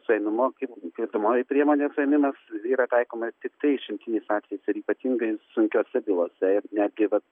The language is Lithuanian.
suėmimo kaip tardomoji priemonė suėmimas yra taikoma tiktai išimtiniais atvejais ir ypatingai sunkiose bylose ir netgi bet